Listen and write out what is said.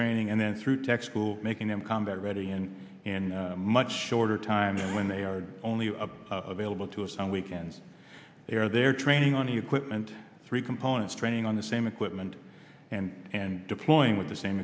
training and then through tech school making them combat ready and in much shorter time and when they are only available to us on weekends they are there training on the equipment three components training on the same equipment and deploying with the same